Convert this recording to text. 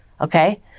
Okay